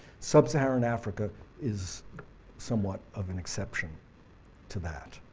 sub-saharan africa is somewhat of an exception to that.